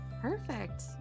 perfect